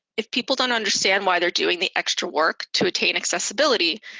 if people don't understand why they're doing the extra work to attain accessibility,